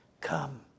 come